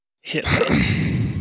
hit